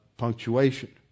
punctuation